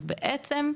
אז בעצם,